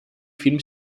film